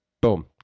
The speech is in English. boom